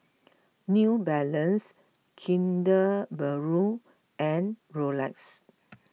New Balance Kinder Bueno and Rolex